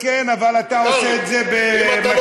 הוא לא עונה במשותף.